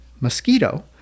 mosquito